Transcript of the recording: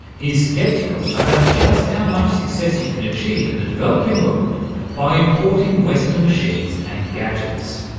he's sceptical about just how much success you can achieve in the developing world by importing western machines and gadgets.